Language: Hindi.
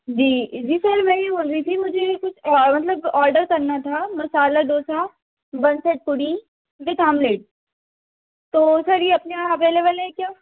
जी ई जी सर मैं ये बोल रही थी मुझे कुछ मतलब ऑडर करना था masala dosa bun set puri with omelette तो सर ये अपने यहाँ अवेलेबल है क्या